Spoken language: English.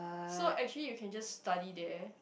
so actually you can just study there